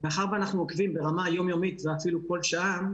ומאחר שאנחנו עוקבים ברמה היום-יומית ואפילו כל שעה,